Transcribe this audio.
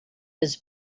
his